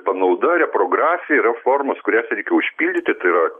panauda reprografija yra formos kurias reikia užpildyti tai yra